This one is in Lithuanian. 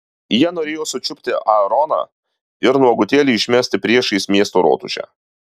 jie norėjo sučiupti aaroną ir nuogutėlį išmesti priešais miesto rotušę